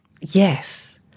Yes